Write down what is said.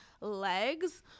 legs